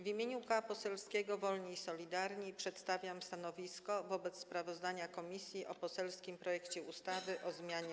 W imieniu koła poselskiego Wolni i Solidarni przedstawiam stanowisko wobec sprawozdania komisji o poselskim projekcie ustawy o zmianie